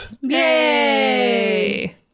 Yay